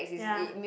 ya